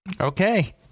Okay